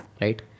right